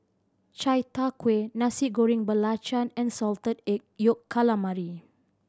chai tow kway Nasi Goreng Belacan and Salted Egg Yolk Calamari